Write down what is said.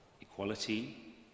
equality